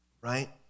right